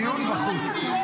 הדיון, בחוץ.